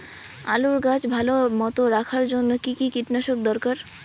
আলুর গাছ ভালো মতো রাখার জন্য কী কী কীটনাশক দরকার?